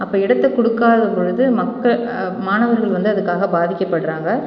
அப்போ இடத்தை கொடுக்காத பொழுது மக்க மாணவர்கள் வந்து அதுக்காக பாதிக்கப்படுகிறாங்க